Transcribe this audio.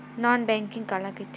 Non banking काला कइथे?